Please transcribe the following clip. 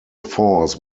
force